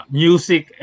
music